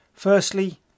Firstly